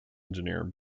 engineer